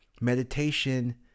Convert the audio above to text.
meditation